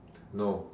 no